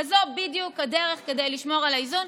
וזאת בדיוק הדרך כדי לשמור על האיזון.